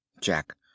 Jack